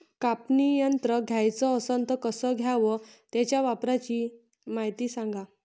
कापनी यंत्र घ्याचं असन त कस घ्याव? त्याच्या वापराची मायती सांगा